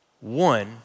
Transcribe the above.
One